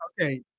Okay